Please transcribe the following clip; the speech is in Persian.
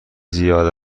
زیاد